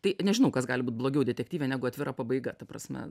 tai nežinau kas gali būt blogiau detektyve negu atvira pabaiga ta prasme